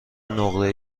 نقره